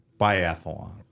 Biathlon